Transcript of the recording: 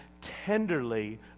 tenderly